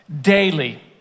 daily